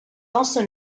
also